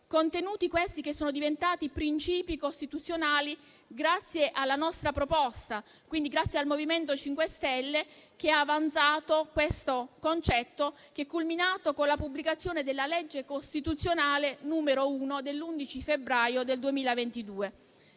Contenuti, questi, che sono diventati principi costituzionali grazie alla nostra proposta, quindi, grazie al MoVimento 5 Stelle, che ha avanzato questo concetto culminato con la pubblicazione della legge costituzionale n. 1 dell'11 febbraio 2022.